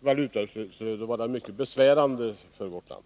valutautflöde vara mycket besvärande för vårt land.